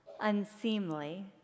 unseemly